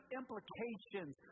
implications